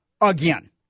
again